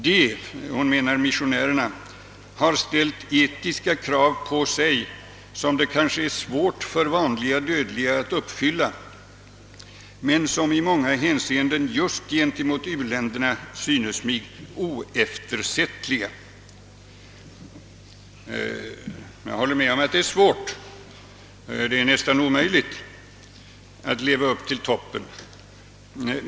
De» — hon menar missionärerna — »har ställt etiska krav på sig som det kanske är svårt för vanliga dödliga att uppfylla men som i många hänseenden just gentemot u-länderna synes mig oeftersättliga.» Jag håller med om att det är svårt, nästan omöjligt, att leva upp till så höga ideal.